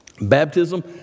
baptism